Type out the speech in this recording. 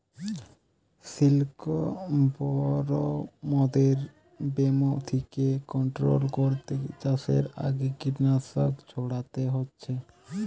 সিল্কবরমদের ব্যামো থিকে কন্ট্রোল কোরতে চাষের আগে কীটনাশক ছোড়াতে হচ্ছে